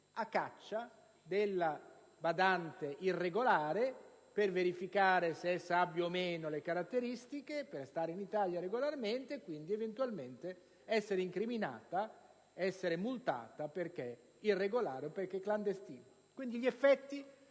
caccia della badante irregolare per verificare se essa abbia o meno le caratteristiche per stare in Italia regolarmente e quindi eventualmente essere incriminata e multata perché irregolare e clandestina. Pertanto, gli effetti